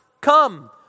come